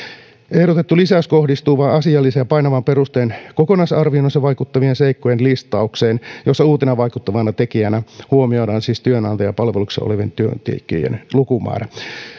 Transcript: ehdotettu lisäys kohdistuu vain asiallisen ja painavan perusteen kokonaisarvioinnissa vaikuttavien seikkojen listaukseen jossa uutena vaikuttavana tekijänä huomioidaan siis työnantajan palveluksessa olevien työntekijöiden lukumäärä